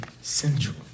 central